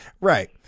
right